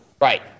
Right